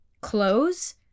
Clothes